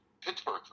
Pittsburgh